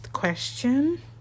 question